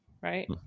right